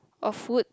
or food